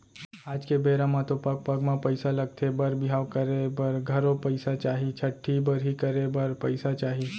आज के बेरा म तो पग पग म पइसा लगथे बर बिहाव करे बर घलौ पइसा चाही, छठ्ठी बरही करे बर पइसा चाही